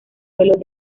vuelo